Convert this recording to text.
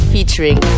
Featuring